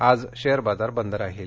आज शेअर बाजार बंद राहील